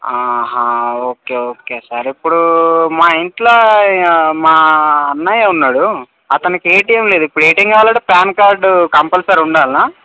okay okay sir ఇప్పుడు మా ఇంట్లో మా అన్నయ్య ఉన్నాడు అతనికి ఏటీఎం లేదు ఇప్పుడు ఏటీఎం కావాలి అంటే పాన్ కార్డు కంపల్సరీ ఉండాలా